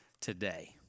today